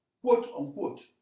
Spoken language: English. quote-unquote